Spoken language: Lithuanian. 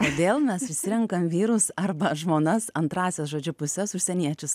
kodėl mes išsirenkam vyrus arba žmonas antrąsias žodžiu puses užsieniečius